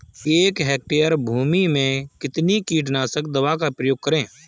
एक हेक्टेयर भूमि में कितनी कीटनाशक दवा का प्रयोग करें?